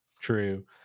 True